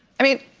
i mean,